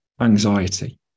Anxiety